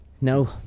No